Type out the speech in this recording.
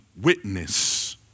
witness